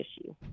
issue